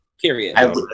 period